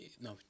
no